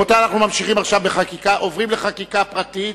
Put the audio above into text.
רבותי, אנחנו ממשיכים ועוברים לחקיקה פרטית.